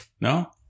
No